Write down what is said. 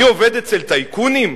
אני עובד אצל טייקונים?